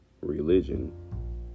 religion